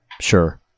Sure